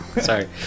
Sorry